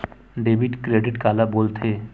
Debit credit काला बोल थे?